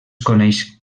coneix